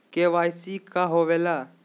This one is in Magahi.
के.वाई.सी का होवेला?